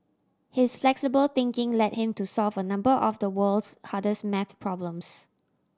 his flexible thinking led him to solve a number of the world's hardest maths problems